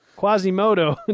Quasimodo